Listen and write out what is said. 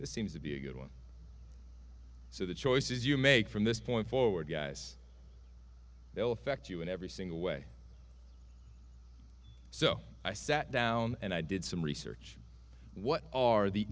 it seems to be a good one so the choices you make from this point forward guys will affect you in every single way so i sat down and i did some research what are the